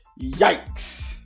Yikes